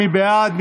מי בעד?